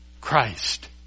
Christ